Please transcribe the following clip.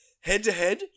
Head-to-head